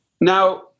Now